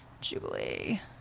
Jubilee